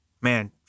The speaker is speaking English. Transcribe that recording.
man